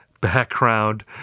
background